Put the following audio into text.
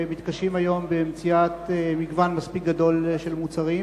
שמתקשים היום במציאת מגוון מספיק גדול של מוצרים.